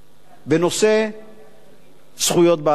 לנושא זכויות בעלי-החיים.